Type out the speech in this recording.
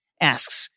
asks